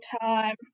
time